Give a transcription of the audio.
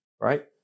right